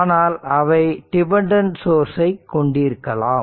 ஆனால் அவை டிபெண்டன்ட் சோர்ஸ்சை கொண்டிருக்கலாம்